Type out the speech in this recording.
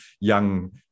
young